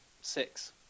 six